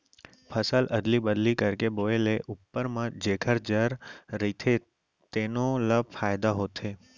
फसल अदली बदली करके बोए ले उप्पर म जेखर जर रहिथे तेनो ल फायदा होथे